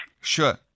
Sure